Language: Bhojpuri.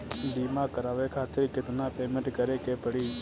बीमा करावे खातिर केतना पेमेंट करे के पड़ी?